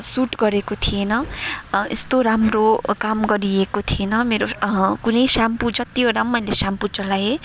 suit गरेको थिएन यस्तो राम्रो काम गरिएको थिएन मेरो कुनै स्याम्पो जतिवटा पनि मैले स्याम्पो चलाएँ